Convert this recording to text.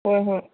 ꯍꯣꯏ ꯍꯣꯏ